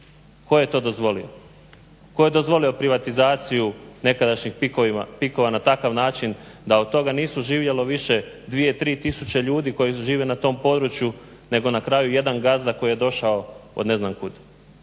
tko je to dozvolio, tko je dozvolio privatizaciju nekadašnjih PIK-ova na takav način da od toga nisu živjelo više 2, 3 tisuće ljudi koji žive na tom području nego na kraju jedan gazda koji je došao od ne znam kud.